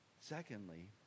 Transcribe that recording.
Secondly